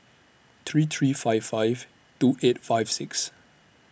three three five five two eight five six